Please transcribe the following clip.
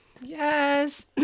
yes